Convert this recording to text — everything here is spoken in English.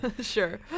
sure